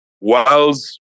whilst